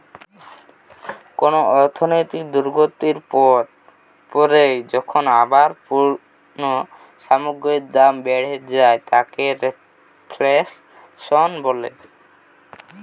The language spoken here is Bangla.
কুনো অর্থনৈতিক দুর্গতির পর পরই যখন আবার পণ্য সামগ্রীর দাম বেড়ে যায় তাকে রেফ্ল্যাশন বলে